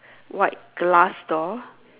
white glass door